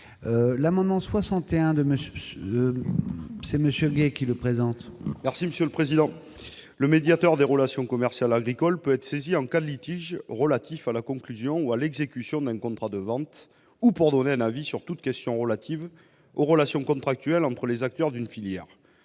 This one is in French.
ainsi libellé : La parole est à M. Fabien Gay. Le médiateur des relations commerciales agricoles peut être saisi en cas de litige relatif à la conclusion ou à l'exécution d'un contrat de vente ou pour donner un avis sur toute question relative aux relations contractuelles entre les acteurs d'une filière.